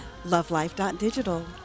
Lovelife.digital